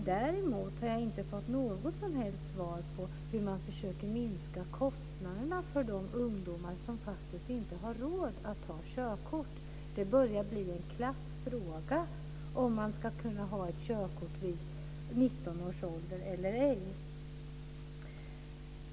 Däremot har jag inte fått något som helst svar på frågan hur man försöker att minska kostnaderna för de ungdomar som inte har råd att ta körkort. Att ta körkort vid 19 års ålder börjar att bli en klassfråga.